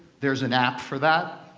there's an app for that?